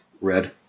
red